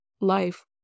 life